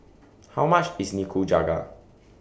How much IS Nikujaga